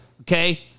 Okay